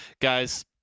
guys